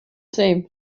same